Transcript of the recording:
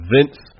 Vince